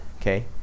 okay